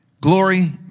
Glory